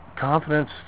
Confidence